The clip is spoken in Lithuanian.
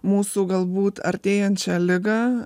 mūsų galbūt artėjančią ligą